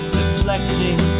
reflecting